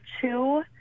two